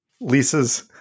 lisa's